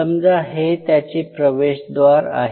समजा हे त्याचे प्रवेशद्वार आहे